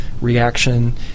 reaction